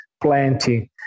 plenty